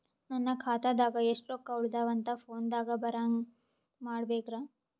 ನನ್ನ ಖಾತಾದಾಗ ಎಷ್ಟ ರೊಕ್ಕ ಉಳದಾವ ಅಂತ ಫೋನ ದಾಗ ಬರಂಗ ಮಾಡ ಬೇಕ್ರಾ?